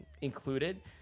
included